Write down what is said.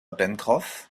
pencroff